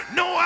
no